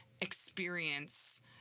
experience